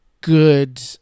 good